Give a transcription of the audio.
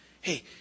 Hey